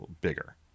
bigger